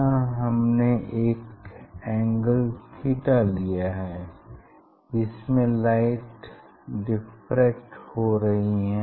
यहाँ हमने एक एंगल थीटा लिया है जिसमें लाइट डिफ्रेक्ट हो रही है